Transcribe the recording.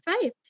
faith